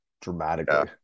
dramatically